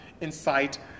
InSight